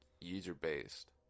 user-based